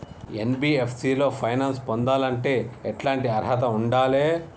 NBFC లో finance పొందాలంటే ఎట్లాంటి అర్హత ఉండాలే?